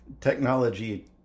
Technology